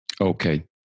Okay